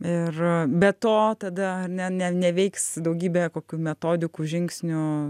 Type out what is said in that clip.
ir be to tada ne ne neveiks daugybė kokių metodikų žingsnių